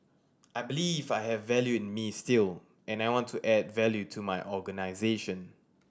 I believe I have value in me still and I want to add value to my organisation